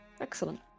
Excellent